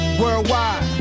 worldwide